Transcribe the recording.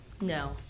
No